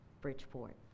Bridgeport